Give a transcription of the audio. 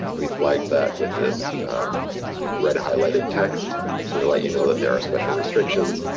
we flagged that with this red highlighted text so to let you know that there are special restrictions,